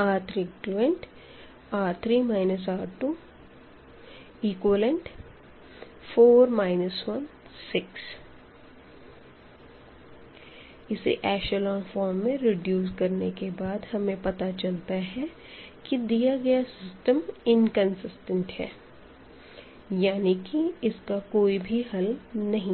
R3R3 R2 4 1 6 इसे echelon form में reduce करने के बाद हमें पता चला है कि दिया गया सिस्टम इनकंसिस्टेंट है यानी कि इसका कोई भी हल नहीं है